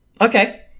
Okay